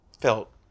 felt